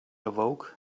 awoke